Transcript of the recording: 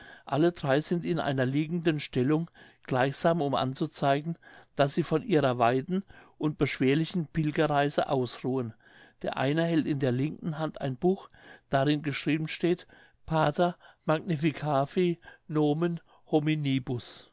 alle drei sind in einer liegenden stellung gleichsam um anzuzeigen daß sie von ihrer weiten und beschwerlichen pilgerreise ausruhen der eine hält in der linken hand ein buch darin geschrieben steht pater magnificavi nomen hominibus